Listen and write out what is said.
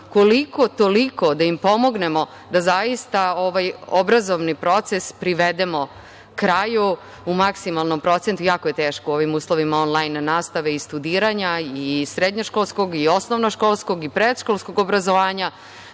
koliko toliko, pomognemo i da zaista ovaj obrazovni proces privedemo kraju u maksimalnom procentu. Jako je teško u ovim uslovima onlajn nastave i studiranja i srednjoškolskog i osnovnoškolskog i predškolskog obrazovanja